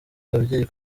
ababyeyi